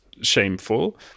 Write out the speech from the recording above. shameful